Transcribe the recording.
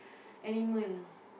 animal